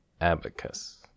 Abacus